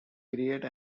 create